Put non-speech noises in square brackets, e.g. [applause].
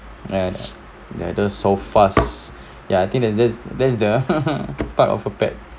ya they are just so fast yeah I think there's there's there's the [laughs] part of a pet